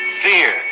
fear